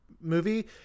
movie